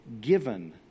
given